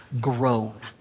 grown